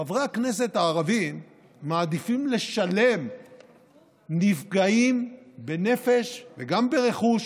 חברי הכנסת הערבים מעדיפים לשלם בנפגעים בנפש וגם ברכוש